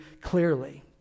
clearly